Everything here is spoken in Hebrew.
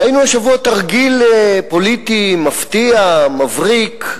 ראינו השבוע תרגיל פוליטי מפתיע, מבריק,